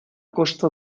costa